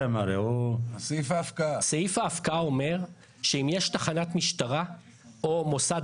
סעיף ההפקעה אומר שאם יש תחנת משטרה או מוסד